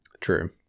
True